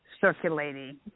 circulating